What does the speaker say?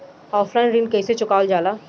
Offline ऋण कइसे चुकवाल जाला?